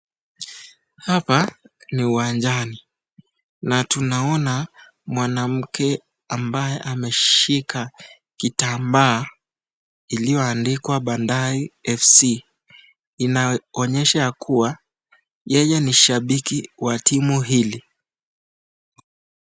Hapa ni uwanjani na tunaona mwanamke ambaye ameshika kitambaa ilioandikwa Bandari FC. Inaonyesha kuwa yeye ni shabiki wa timu hili.